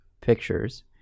pictures